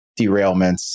derailments